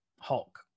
Hulk